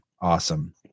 awesome